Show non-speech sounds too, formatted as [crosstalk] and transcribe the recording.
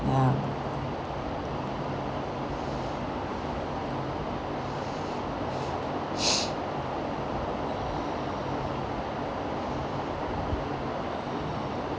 ya [breath]